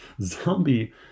zombie